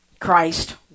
Christ